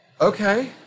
Okay